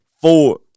four